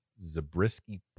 Zabriskie